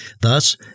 Thus